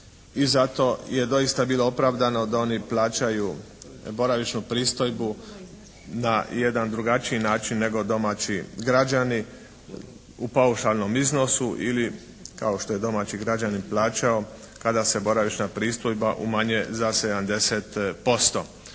i zato je doista bilo opravdano da oni plaćaju boravišnu pristojbu na jedan drugačiji način nego domaći građani u paušalnom iznosu ili kao što je domaći građanin plaćao kada se boravišna pristojba umanjuje za 70%.